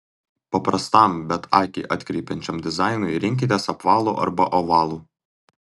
paprastam bet akį atkreipiančiam dizainui rinkitės apvalų arba ovalų